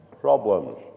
problems